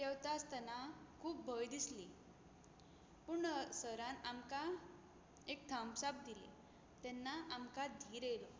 पेंवता आसतना खूब भय दिसली पूण सरान आमकां एक थम्स आप दिली तेन्ना आमकां धीर येयलो